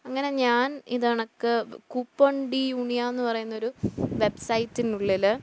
അങ്ങനെ ഞാൻ ഇതണക്ക് കൂപ്പണ്ടീ യൂണിയാ എന്നു പറയുന്നൊരു വെബ്സൈറ്റിനുള്ളിൽ